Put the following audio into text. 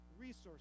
resources